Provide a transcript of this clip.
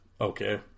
Okay